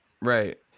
Right